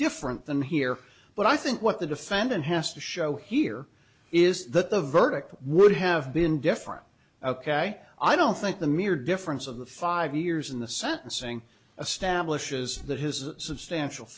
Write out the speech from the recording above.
different than here but i think what the defendant has to show here is that the verdict would have been different ok i don't think the mere difference of the five years in the sentencing a stablish is that his substantial